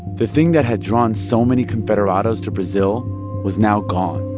the thing that had drawn so many confederados to brazil was now gone